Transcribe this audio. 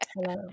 Hello